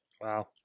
Wow